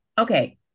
Okay